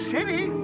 City